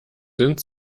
sind